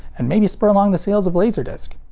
and maybe spur along the sales of laserdisc.